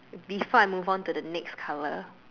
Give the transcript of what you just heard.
before I move on to the next color